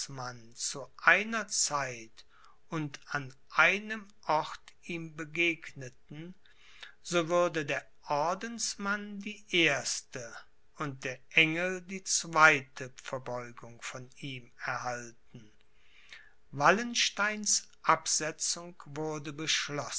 zu einer zeit und an einem ort ihm begegneten so würde der ordensmann die erste und der engel die zweite verbeugung von ihm erhalten wallensteins absetzung wurde